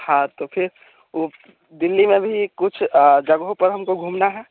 हाँ तो फिर वो दिल्ली में भी कुछ जगहों पर हमको घूमना है